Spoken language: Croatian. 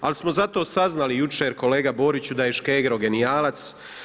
Ali smo zato saznali jučer kolega Boriću da je Škegro genijalac.